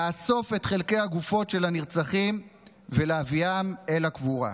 לאסוף את חלקי הגופות של הנרצחים ולהביאם לקבורה.